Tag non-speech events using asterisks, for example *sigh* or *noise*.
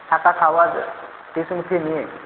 থাকা খাওয়ার *unintelligible* নিয়ে